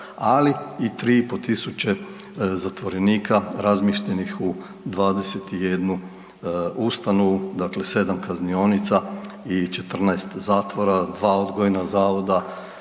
ali i 3.500 zatvorenika razmještenih u 21 ustanovu, dakle 7 kaznionica i 14 zatvora, 2 odgojna zavoda,